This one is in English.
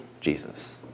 Jesus